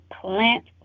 plant